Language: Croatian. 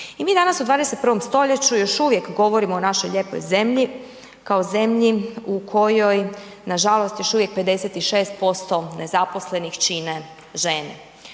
I mi danas u 21. stoljeću još uvijek govorimo o našoj lijepoj zemlji kao zemlji u kojoj na žalost još uvijek 56% nezaposlenih čine žene.